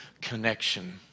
Connection